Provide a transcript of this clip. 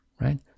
right